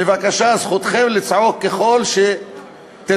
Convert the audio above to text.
בבקשה, זכותכם לצעוק ככל שתרצו,